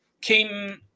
came